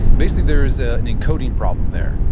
basically, there's ah an encoding problem there,